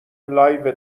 لایو